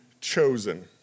Chosen